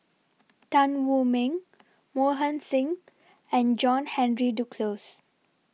Tan Wu Meng Mohan Singh and John Henry Duclos